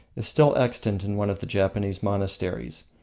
is still extant in one of the japanese monasteries